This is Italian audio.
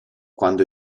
quando